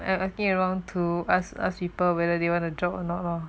asking around to ask people whether they want a job or not lor